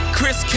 Chris